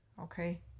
okay